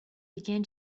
began